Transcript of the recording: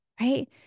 right